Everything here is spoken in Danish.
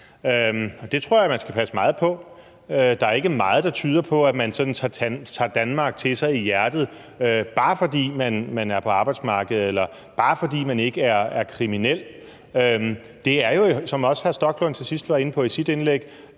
Det tror jeg man skal passe meget på med at tro. Der er ikke meget, der tyder på, at man tager Danmark til sig i hjertet, bare fordi man er på arbejdsmarkedet, eller bare fordi man ikke er kriminel. Det er jo, som også hr. Rasmus Stoklund var inde på til